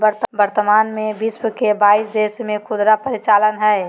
वर्तमान में विश्व के बाईस देश में खुदरा परिचालन हइ